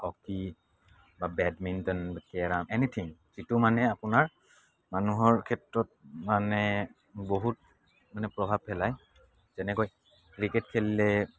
hockey বা badminton anything যিটো মানে আপোনাৰ মানুহৰ ক্ষেত্ৰত মানে বহুত মানে প্ৰভাৱ পেলায় যেনেকৈ ক্ৰিকেট খেলিলে